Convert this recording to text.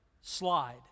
slide